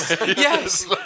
yes